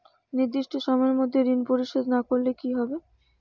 নির্দিষ্ট সময়ে মধ্যে ঋণ পরিশোধ না করলে কি হবে?